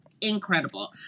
incredible